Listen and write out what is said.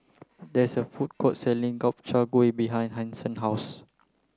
there is a food court selling Gobchang gui behind Hanson house